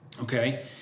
okay